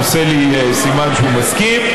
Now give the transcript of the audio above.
הוא עושה לי סימן שהוא מסכים,